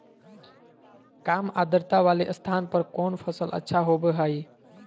काम आद्रता वाले स्थान पर कौन फसल अच्छा होबो हाई?